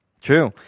true